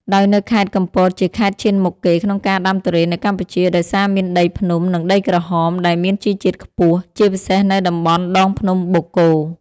ដោយនៅខេត្តកំពតជាខេត្តឈានមុខគេក្នុងការដាំទុរេននៅកម្ពុជា ដោយសារមានដីភ្នំ និងដីក្រហម ដែលមានជីជាតិខ្ពស់ ជាពិសេសនៅតំបន់ដងភ្នំបូកគោ។